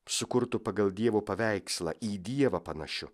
sukurtu pagal dievo paveikslą į dievą panašiu